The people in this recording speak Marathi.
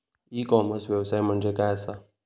ई कॉमर्स व्यवसाय म्हणजे काय असा?